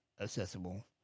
accessible